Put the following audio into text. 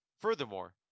Furthermore